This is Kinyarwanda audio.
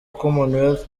commonwealth